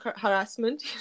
harassment